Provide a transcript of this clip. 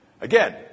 Again